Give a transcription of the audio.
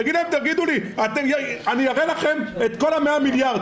תגיד להם: אני אראה לכם את כל ה-100 מיליארד,